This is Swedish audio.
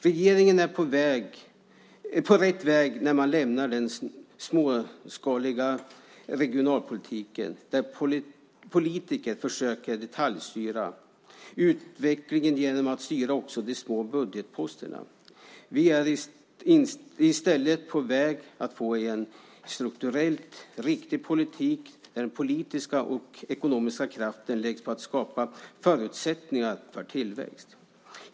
Regeringen är på rätt väg när man lämnar den småskaliga regionalpolitiken där politiker försöker detaljstyra utvecklingen genom att styra också de små budgetposterna. Vi är nu i stället på väg att få en strukturellt riktig politik där den politiska och ekonomiska kraften läggs på att skapa förutsättningar för tillväxt.